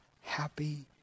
happy